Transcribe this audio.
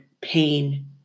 pain